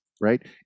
right